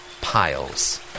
piles